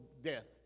death